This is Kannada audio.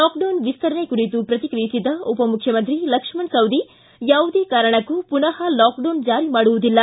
ಲಾಕ್ಡೌನ್ ವಿಸ್ತರಣೆ ಕುರಿತು ಪ್ರತಿಕ್ರಿಯಿಸಿದ ಉಪಮುಖ್ಯಮಂತ್ರಿ ಲಕ್ಷ್ಮಣ ಸವದಿ ಯಾವುದೇ ಕಾರಣಕ್ಕೂ ಪುನಃ ಲಾಕ್ಡೌನ್ ಜಾರಿ ಮಾಡುವುದಿಲ್ಲ